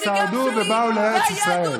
איבדתם את ההלכה.